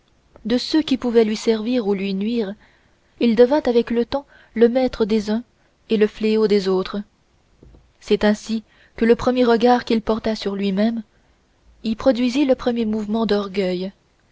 de ceux qui pouvaient lui servir ou lui nuire il devint avec le temps le maître des uns et le fléau des autres c'est ainsi que le premier regard qu'il porta sur lui-même y produisit le premier mouvement d'orgueil